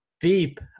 deep